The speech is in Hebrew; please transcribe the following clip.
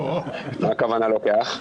מה הכוונה לוקח?